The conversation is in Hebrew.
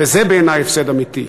וזה בעיני הפסד אמיתי.